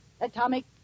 Atomic